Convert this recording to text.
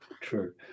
True